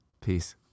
peace